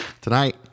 Tonight